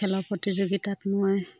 খেলৰ প্ৰতিযোগিতাত মই